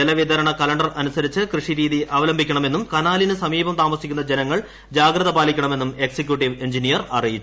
ജലവിതരണ കലണ്ടർ അനുസരിച്ച് കൃഷിരീതി അവലംബിക്കണമെന്നും കനാലിന് സമീപം താമസിക്കുന്ന ജനങ്ങൾ ജാഗ്രത പാലിക്കണമെന്നും എക്സിക്യൂട്ടീവ് എൻജിനീയർ അറിയിച്ചു